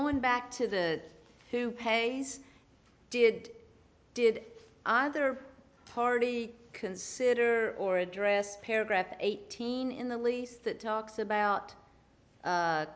going back to the who pays did did either party consider or address paragraph eighteen in the lease that talks about